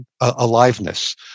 aliveness